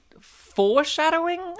foreshadowing